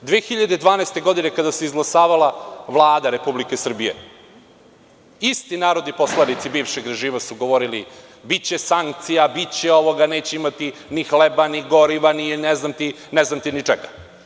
Kada se izglasavala Vlada Republike Srbije 2012. godine, isti narod i poslanici bivšeg režima su govorili – biće sankcija, biće ovoga, neće imati ni hleba, ni goriva, ne znam ti ni čega.